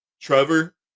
Trevor